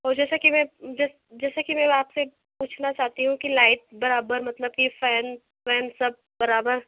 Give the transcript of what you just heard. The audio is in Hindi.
और जैसा कि मैं जैसा कि मैं आपसे पूछना चाहती हूँ कि लाइट बराबर मतलब कि फै़न फै़न सब बराबर